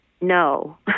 no